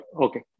okay